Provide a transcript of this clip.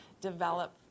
develop